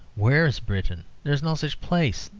where is britain? there is no such place.